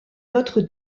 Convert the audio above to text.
notre